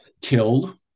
killed